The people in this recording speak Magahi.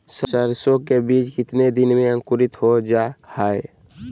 सरसो के बीज कितने दिन में अंकुरीत हो जा हाय?